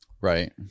Right